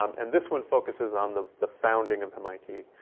um and this one focuses on the the founding of mit.